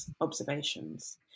observations